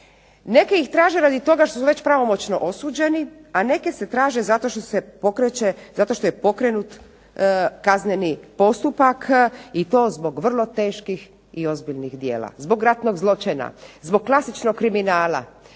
Neki ih traže radi toga što su već pravomoćno osuđeni, a neke se traži zato što se pokreće, zato što je pokrenut kazneni postupak i to zbog vrlo teških i ozbiljnih djela. Zbog ratnog zločina, zbog klasičnog kriminala,